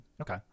Okay